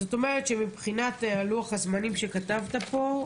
זאת אומרת שמבחינת לוח הזמנים שכתבת פה,